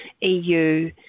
EU